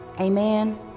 amen